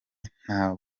nta